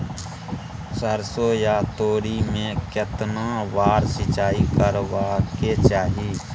सरसो या तोरी में केतना बार सिंचाई करबा के चाही?